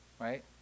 Right